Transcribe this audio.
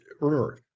remember